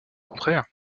contraire